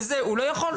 וזה הוא לא יכול,